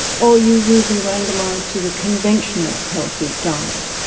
or you will be randomised to the conventional healthy diet.